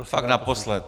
Fakt naposled.